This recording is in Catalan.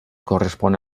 correspon